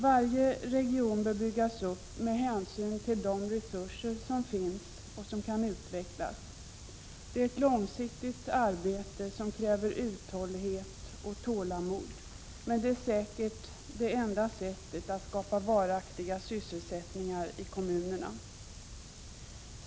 Varje region bör byggas upp med hänsyn till de resurser som finns och som kan utvecklas. Det är ett långsiktigt arbete, som kräver uthållighet och tålamod, men det är säkert det enda sättet att skapa varaktiga sysselsättningar i kommunerna.